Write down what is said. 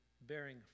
bearing